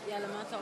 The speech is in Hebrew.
אמרתי מאה שבעים ו